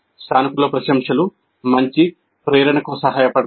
సానుకూల ప్రశంసలు మంచి ప్రేరణకు సహాయపడతాయి